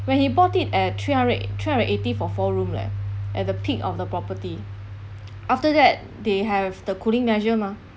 when he bought it at three hundred e~ three hundred eighty for four room leh at the peak of the property after that they have the cooling measure mah